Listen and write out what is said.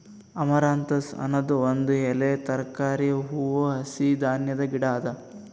amaranthus ಅನದ್ ಒಂದ್ ಎಲೆಯ ತರಕಾರಿ, ಹೂವು, ಹಸಿ ಧಾನ್ಯದ ಗಿಡ ಅದಾ